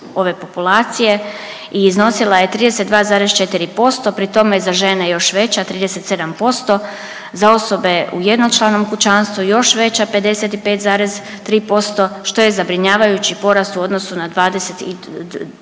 ove populacije i iznosila je 32,4%, pri tome za žene još veća 37%, za osobe u jednočlanom kućanstvu još veća 55,3%, što je zabrinjavajući porast u odnosu na 2020.g.